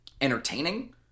entertaining